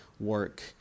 work